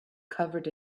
covered